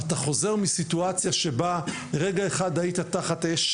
אתה חוזר מסיטואציה שבה רגע אחד היית תחת אש